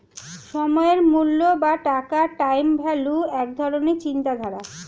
সময়ের মূল্য বা টাকার টাইম ভ্যালু এক ধরণের চিন্তাধারা